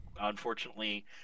unfortunately